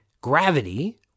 gravity